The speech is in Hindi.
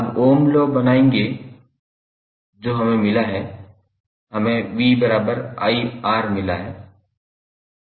अब ओह्म लॉ बनाएं जो हमें मिला है हमें 𝑣𝑖𝑅 मिला है